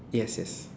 yes yes